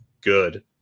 good